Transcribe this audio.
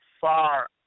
far